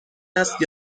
است